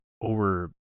over